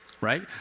right